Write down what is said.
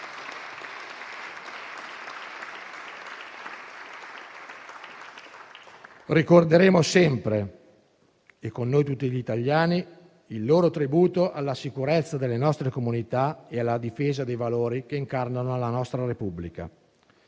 Ricorderemo sempre - e con noi tutti gli italiani - il loro tributo alla sicurezza delle nostre comunità e alla difesa dei valori che incarnano la nostra Repubblica.